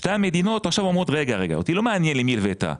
שתי המדינות עכשיו אומרות שאותן לא מעניין למי הלווית,